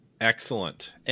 Excellent